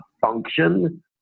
function